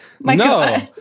no